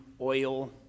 oil